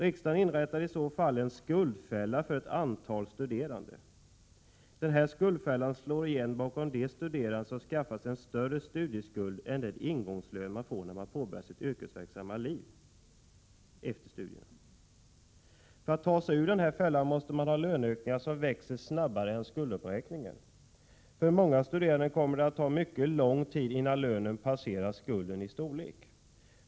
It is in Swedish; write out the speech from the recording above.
Riksdagen inrättar i så fall en skuldfälla för att antal studerande. Den här skuldfällan slår igen bakom de studerande som skaffar sig en större studieskuld än den ingångslön de får när de påbörjar sitt yrkesverksamma liv efter studierna. För att ta sig ur den här fällan måste man ha löneökningar som växer snabbare än skulduppräkningen. För många studerande kommer det att ta mycket lång tid innan lönen passerar skulden i storlek.